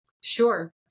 Sure